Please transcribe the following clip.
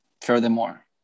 furthermore